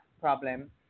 problem